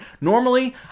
Normally